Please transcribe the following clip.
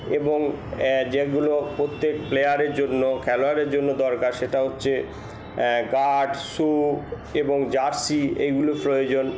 এবং যেগুলো প্রত্যেক প্লেয়ারের জন্য খেলোয়াড়ের জন্য দরকার সেটা হচ্ছে গার্ড শু এবং জার্সি এইগুলো প্রয়োজন